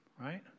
right